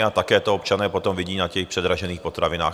A také to občané potom vidí na těch předražených potravinách.